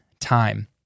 time